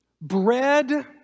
bread